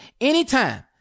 anytime